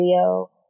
video